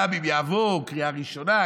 גם אם יעבור בקריאה ראשונה,